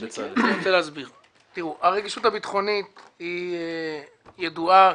תראו, הרגישות הביטחונית היא ידועה.